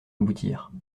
aboutir